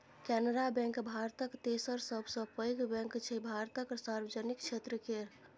Canara bank भारतक तेसर सबसँ पैघ बैंक छै भारतक सार्वजनिक क्षेत्र केर